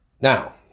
Now